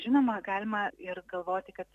žinoma galima ir galvoti kad